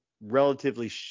relatively